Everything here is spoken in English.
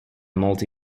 multi